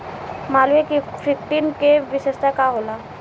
Malviya fifteen के विशेषता का होला?